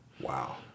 Wow